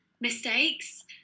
mistakes